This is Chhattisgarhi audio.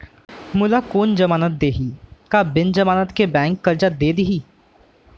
मोला कोन जमानत देहि का बिना जमानत के बैंक करजा दे दिही?